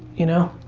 you know?